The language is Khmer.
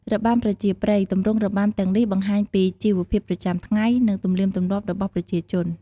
របាំប្រជាប្រិយ ទម្រង់របាំទាំងនេះបង្ហាញពីជីវភាពប្រចាំថ្ងៃ និងទំនៀមទម្លាប់របស់ប្រជាជន។